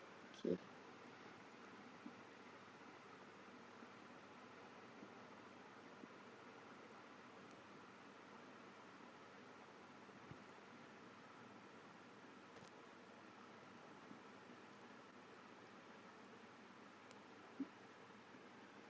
okay